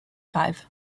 five